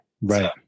Right